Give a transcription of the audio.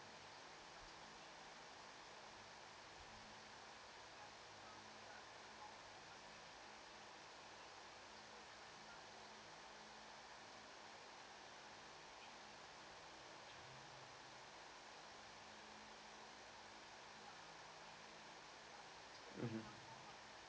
mmhmm